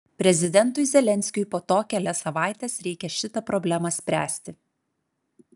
prezidentui zelenskiui po to kelias savaites reikia šitą problemą spręsti